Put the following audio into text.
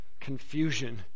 confusion